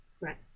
right